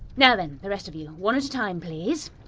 now then, the rest of you, one at a time please.